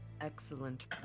excellent